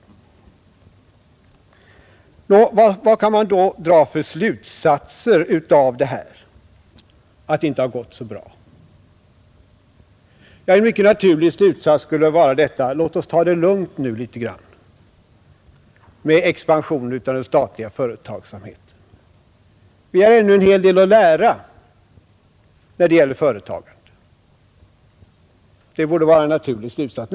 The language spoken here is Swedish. ; is Tisdagen den Nå, vad kan man då dra för slutsatser om orsaken till att det inte har 30 mars 1971 gått så bra? Ja, en mycket naturlig slutsats borde vara denna: Låt ossta det lugnt nu ett slag med expansionen av den statliga företagsamheten; vi Ang. erfarenheterna har ännu en hel del att lära när det gäller företagande. Det borde vara en av försöken att vidga naturlig slutsats.